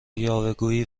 یاوهگویی